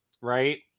right